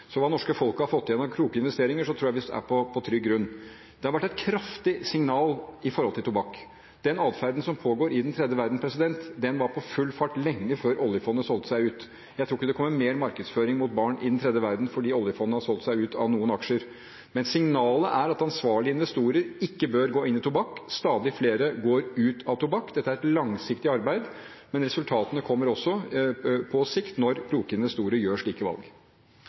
Så når det gjelder hva det norske folket har fått igjen på grunn av kloke investeringer, tror jeg vi er på trygg grunn. Det har vært et kraftig signal når det gjelder tobakk: Den atferden som pågår i den tredje verden, var i full gang lenge før oljefondet solgte seg ut. Jeg tror ikke det kommer mer markedsføring mot barn i den tredje verden fordi oljefondet har solgt seg ut av noen aksjer, men signalet er at ansvarlige investorer ikke bør gå inn i tobakk. Stadig flere går ut av tobakk. Dette er et langsiktig arbeid, men resultatene kommer også – på sikt – når kloke investorer gjør slike valg.